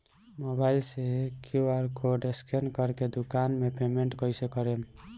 Mobile से QR code scan कर के दुकान मे पेमेंट कईसे करेम?